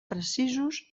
precisos